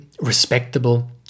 respectable